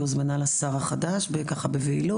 היא הוזמנה לשר החדש בבהילות,